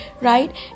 right